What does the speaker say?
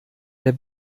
der